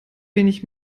wenig